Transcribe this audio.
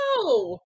No